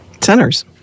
Centers